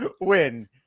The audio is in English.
win